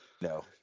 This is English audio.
No